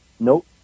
Nope